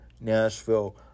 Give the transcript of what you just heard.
Nashville